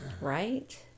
Right